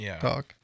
talk